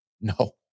No